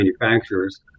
manufacturers